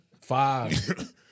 Five